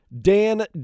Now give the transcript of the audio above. Dan